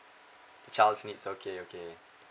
child's needs okay okay